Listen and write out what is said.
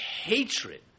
hatred